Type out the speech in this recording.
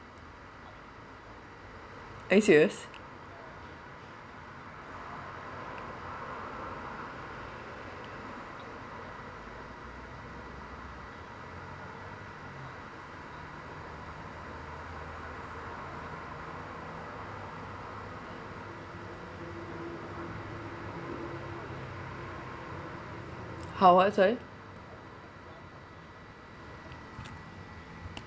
are you serious how was he